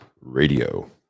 Radio